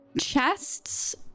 chests